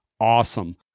awesome